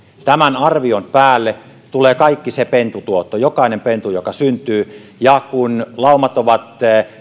tämän arvion päälle tulee kaikki se pentutuotto jokainen pentu joka syntyy ja kun laumat ovat